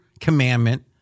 commandment